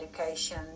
education